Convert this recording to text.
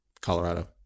Colorado